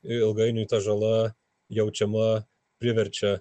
ilgainiui ta žala jaučiama priverčia